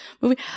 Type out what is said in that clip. movie